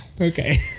Okay